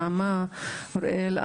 נעמה ואוריאל,